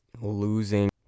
losing